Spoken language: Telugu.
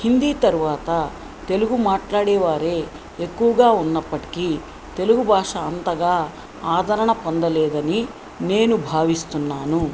హిందీ తరువాత తెలుగు మాట్లాడే వారు ఎక్కువగా ఉన్నప్పటికి తెలుగు భాష అంతగా ఆదరణ పొందలేదని నేను భావిస్తున్నాను